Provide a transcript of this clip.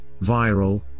viral